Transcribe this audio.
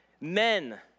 men